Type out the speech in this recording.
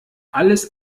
alles